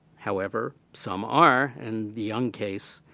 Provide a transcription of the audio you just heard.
however, some are. and the young case